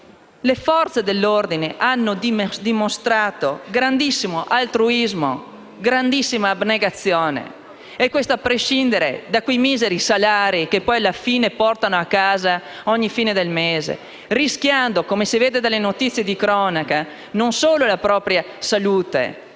le Forze dell'ordine hanno dimostrato un grandissimo altruismo e una grandissima abnegazione, a prescindere da quei miseri salari che poi alla fine portano a casa ad ogni fine del mese, rischiando - come si vede dalle notizie di cronaca - non solo la propria salute,